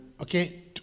Okay